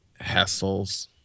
hassles